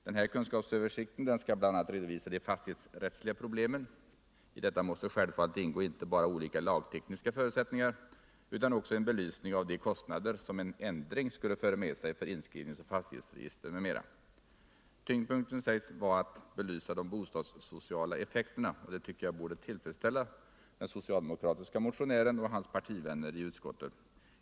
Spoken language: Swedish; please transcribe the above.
Den här kunskapsöversikten skall bl.a. redovisa de fastighetsrättsliga problemen. I detta måste självfallet ingå inte bara olika lagtekniska förutsättningar utan också en belysning av de kostnader som en ändring skulle föra med sig för inskrivnings och fastighetsregistren m.m. Tyngdpunkten sägs vara att belysa de bostadssociala effekterna, och det tycker jag borde tillfredsställa den socialdemokratiske motionären och hans partivänner i utskottet.